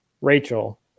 Rachel